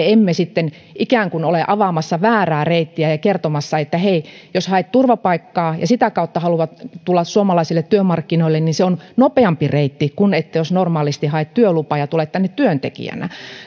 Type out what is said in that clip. emme ole ikään kuin avaamassa väärää reittiä ja kertomassa että hei jos haet turvapaikkaa ja sitä kautta haluat tulla suomalaisille työmarkkinoille niin se on nopeampi reitti kuin se jos normaalisti haet työlupaa ja tulet tänne työntekijänä